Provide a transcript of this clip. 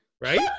Right